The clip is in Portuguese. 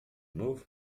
novo